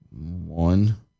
one